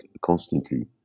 constantly